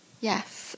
Yes